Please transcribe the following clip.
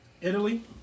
Italy